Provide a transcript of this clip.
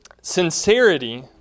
Sincerity